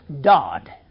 Dodd